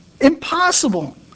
Impossible